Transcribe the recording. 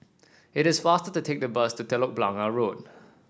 it is faster to take the bus to Telok Blangah Road